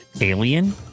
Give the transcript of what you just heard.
Alien